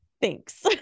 thanks